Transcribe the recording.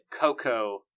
Coco